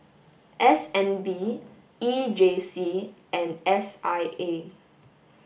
S N B E J C and S I A